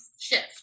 shift